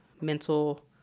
mental